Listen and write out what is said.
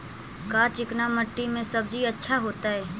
का चिकना मट्टी में सब्जी अच्छा होतै?